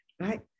right